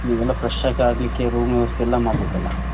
ನೀವೆಲ್ಲ ಫ್ರೆಶಾಗ್ ಆಗಲಿಕ್ಕೆ ರೂಮ್ ವ್ಯವಸ್ಥೆ ಎಲ್ಲ ಮಾಡಬೇಕಲ್ಲ